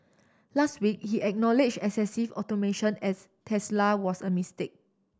last week he acknowledge excessive automation at Tesla was a mistake